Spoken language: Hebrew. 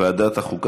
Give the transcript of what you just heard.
לוועדת החוקה,